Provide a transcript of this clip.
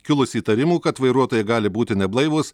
kilus įtarimų kad vairuotojai gali būti neblaivūs